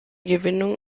gewinnung